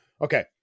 Okay